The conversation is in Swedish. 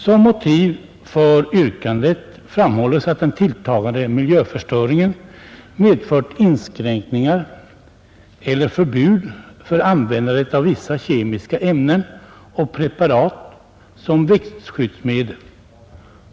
Som motiv för ökandet framhålles att den tilltagande miljöförstöringen gjort det nödvändigt att införa förbud eller inskränkningar i rätten att använda vissa kemiska ämnen och preparat som växtskyddsmedel.